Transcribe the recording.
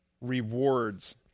rewards